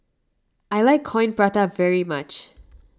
I like Coin Prata very much